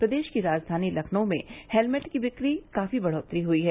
प्रदेश की राजधानी लखनऊ में हेलमेट की बिक्री में काफी बढ़ोत्तरी हुई है